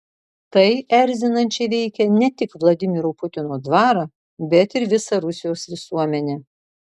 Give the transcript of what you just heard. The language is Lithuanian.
tai erzinančiai veikia ne tik vladimiro putino dvarą bet ir visą rusijos visuomenę